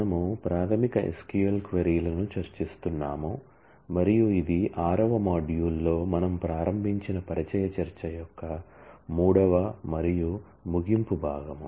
మనము ప్రాథమిక SQL క్వరీలను చర్చిస్తున్నాము మరియు ఇది 6 వ మాడ్యూల్లో మనము ప్రారంభించిన పరిచయ చర్చ యొక్క మూడవ మరియు ముగింపు భాగం